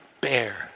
bear